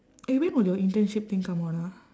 eh when will your internship thing come out ah